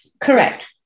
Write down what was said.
Correct